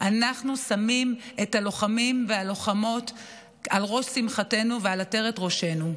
אנחנו שמים את הלוחמים והלוחמות על ראש שמחתנו ועל עטרת ראשנו.